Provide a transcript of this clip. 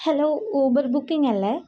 hello Uber booking അല്ലേ